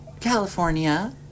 California